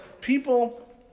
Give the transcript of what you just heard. people